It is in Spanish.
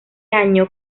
año